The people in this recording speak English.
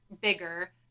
bigger